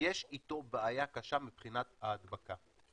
יש איתו בעיה קשה מבחינת ההדבקה.